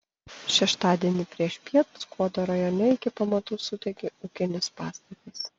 šeštadienį priešpiet skuodo rajone iki pamatų sudegė ūkinis pastatas